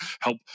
help